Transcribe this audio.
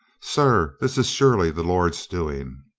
sir, this is surely the lord's doing.